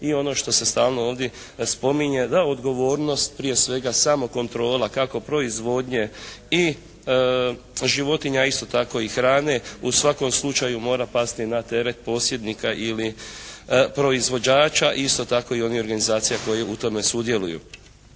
I ono što se stalno ovdje spominje da odgovornost prije svega samokontrola kako proizvodnje i životinja a isto tako i hrane u svakom slučaju mora pasti na teret posjednika ili proizvođača. Isto tako i onih organizacija koje u tome sudjeluju.